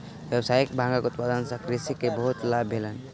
व्यावसायिक भांगक उत्पादन सॅ कृषक के बहुत लाभ भेलैन